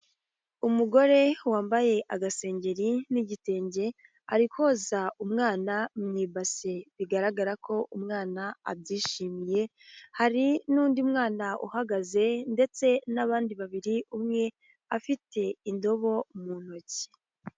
Umugore wambaye agasengeri n'igitenge ari koza umwana mu ibasi bigaragara ko umwana abyishimiye hari n'undi mwana uhagaze ndetse n'abandi babiri umwe afite indobo mu ntoki.